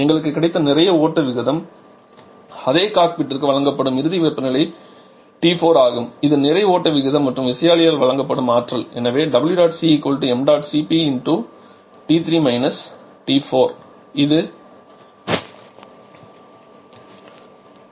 எங்களுக்கு கிடைத்த நிறை ஓட்ட விகிதம் அது காக்பிட்டிற்கு வழங்கப்படும் இறுதி வெப்பநிலை T4 ஆகும் இது நிறை ஓட்ட விகிதம் மற்றும் விசையாழியால் வழங்கப்படும் ஆற்றல் எனவே WCm cp இது 13